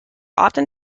often